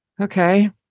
Okay